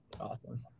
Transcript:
Awesome